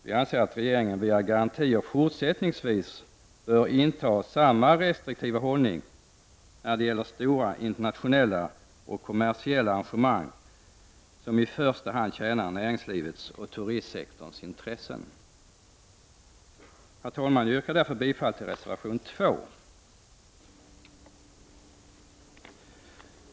Vi anser att regeringen fortsättningsvis bör inta en restriktiv hållning till garantier som gäller stora internationella och kommersiella arrangemang, vilka i första hand tjänar näringslivets och turistsektorns intresse. Herr talman! Jag yrkar därför bifall till reservation 2.